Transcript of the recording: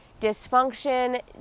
dysfunction